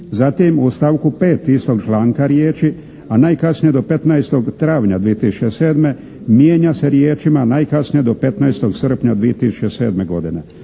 Zatim, u stavku 5. istog članka riječi: "a najkasnije do 15. travnja 2007. godine" mijenja se riječima: "najkasnije do 15. srpnja 2007. godine".